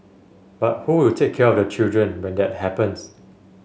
but who will take care of the children when that happens